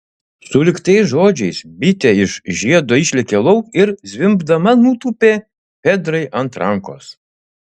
sulig tais žodžiais bitė iš žiedo išlėkė lauk ir zvimbdama nutūpė fedrai ant rankos